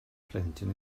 plentyn